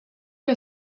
que